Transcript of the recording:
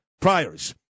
priors